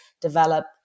develop